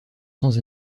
sans